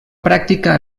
pràctica